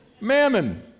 Mammon